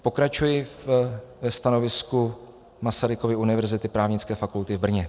Pokračuji ve stanovisku Masarykovy univerzity, Právnické fakulty v Brně.